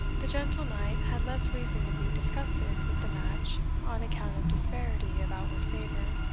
the gentle knight had less reason to be disgusted with the match on account of disparity of outward favour,